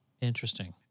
Interesting